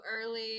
early